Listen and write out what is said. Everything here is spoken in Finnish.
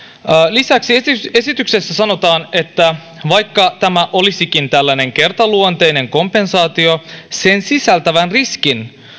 lisäksi esityksessä esityksessä sanotaan että vaikka tämä olisikin tällainen kertaluonteinen kompensaatio se sisältää riskin